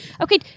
Okay